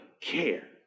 care